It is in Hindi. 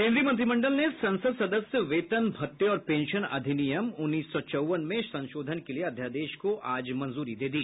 केंद्रीय मंत्रिमंडल ने संसद सदस्य वेतन भत्ते और पेंशन अधिनियम उन्नीस सौ चौवन में संशोधन के लिए अध्यादेश को आज मंजूरी दे दी